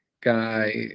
guy